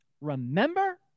remember